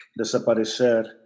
Desaparecer